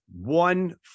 one